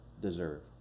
deserve